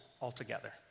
altogether